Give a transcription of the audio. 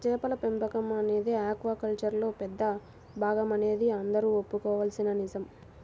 చేపల పెంపకం అనేది ఆక్వాకల్చర్లో పెద్ద భాగమనేది అందరూ ఒప్పుకోవలసిన నిజం